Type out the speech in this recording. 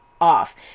off